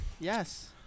Yes